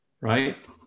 Right